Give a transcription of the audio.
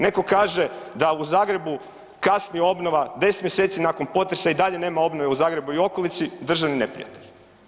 Netko kaže da u Zagrebu kasni obnova 10 mjeseci nakon potresa, i dalje nema obnove u Zagrebu u okolici, državni neprijatelj.